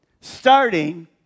starting